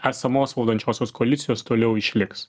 esamos valdančiosios koalicijos toliau išliks